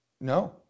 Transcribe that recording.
No